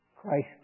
Christ